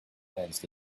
ants